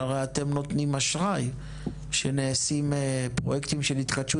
הרי אתם נותנים אשראי שנעשים פרויקטים של התחדשות